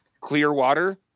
Clearwater